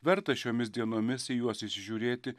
vertas šiomis dienomis į juos įsižiūrėti